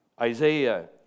Isaiah